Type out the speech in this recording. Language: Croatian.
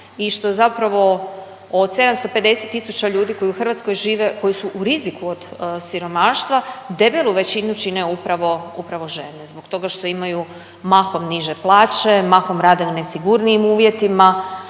i što zapravo od 750 tisuća ljudi koji u Hrvatskoj žive koji su u riziku od siromaštva, debelu većinu čine upravo, upravo žene zbog toga što imaju mahom niže plaće, mahom rade u nesigurnijim uvjetima.